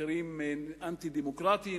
מחירים אנטי-דמוקרטיים,